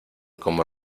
como